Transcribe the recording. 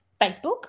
facebook